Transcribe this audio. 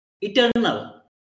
eternal